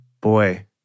Boy